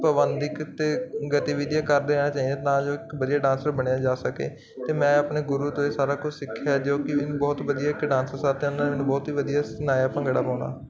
ਪਵੰਦਿਕ ਤੇ ਗਤੀਵਿਧੀਆਂ ਕਰਦੇ ਤਾਂ ਜੋ ਇੱਕ ਵਧੀਆ ਡਾਂਸਰ ਬਣਿਆ ਜਾ ਸਕੇ ਤੇ ਮੈਂ ਆਪਣੇ ਗੁਰੂ ਤੋਂ ਇਹ ਸਾਰਾ ਕੁਝ ਸਿੱਖਿਆ ਜੋ ਕਿ ਬਹੁਤ ਵਧੀਆ ਕਿ ਡਾਂਸ ਕਰਦੇ ਹਨ ਮੈਨੂੰ ਬਹੁਤ ਹੀ ਵਧੀਆ ਸੁਣਾਇਆ ਭੰਗੜਾ ਪਾਉਣਾ